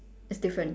it's different